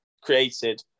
created